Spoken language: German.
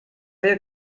würde